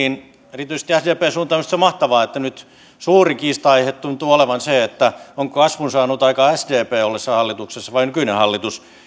erityisesti sdpn suuntaan minusta se on mahtavaa että nyt suuri kiistan aihe tuntuu olevan se onko kasvun saanut aikaan sdp ollessaan hallituksessa vai nykyinen hallitus